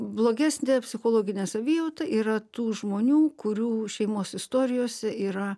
blogesnė psichologinė savijauta yra tų žmonių kurių šeimos istorijose yra